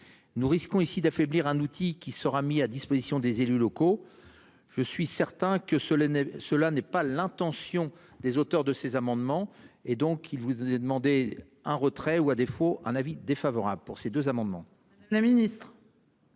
nous risquons ici d'affaiblir un outil qui sera mis à disposition des élus locaux. Je suis certain que Solène. Cela n'est pas l'intention des auteurs de ces amendements et donc il vous est demandé un retrait ou à défaut un avis défavorable pour ces deux amendements. La ministre.